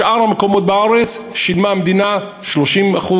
בשאר המקומות בארץ המדינה שילמה 30%,